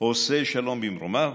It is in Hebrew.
"עושה שלום במרומיו,